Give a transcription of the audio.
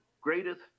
greatest